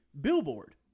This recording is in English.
billboard